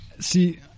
See